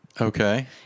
Okay